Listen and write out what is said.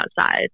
outside